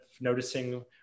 noticing